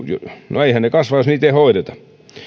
no eiväthän ne kasva jos niitä ei hoideta